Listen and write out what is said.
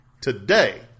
today